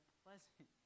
pleasant